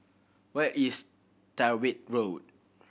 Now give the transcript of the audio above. where is Tyrwhitt Road